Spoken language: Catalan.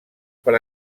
per